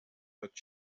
not